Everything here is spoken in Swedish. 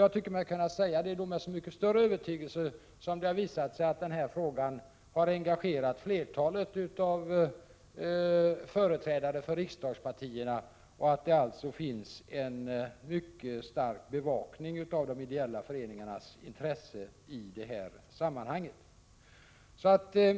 Jag tycker mig kunna säga detta med så mycket större övertygelse som det har visat sig att den här frågan har engagerat företrädare för flertalet riksdagspartier och det alltså finns en mycket stark bevakning av de ideella föreningarnas intressen i det här sammanhanget.